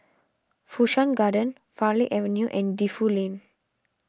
Fu Shan Garden Farleigh Avenue and Defu Lane